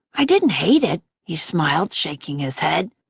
i didn't hate it. he smiled, shaking his head.